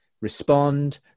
respond